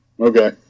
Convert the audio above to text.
Okay